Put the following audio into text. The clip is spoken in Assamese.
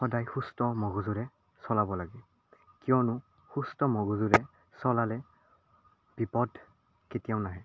সদায় সুস্থ মগজুৰে চলাব লাগে কিয়নো সুস্থ মগজুৰে চলালে বিপদ কেতিয়াও নাহে